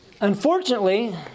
Unfortunately